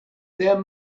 there